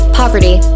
poverty